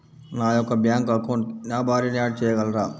నా యొక్క బ్యాంక్ అకౌంట్కి నా భార్యని యాడ్ చేయగలరా?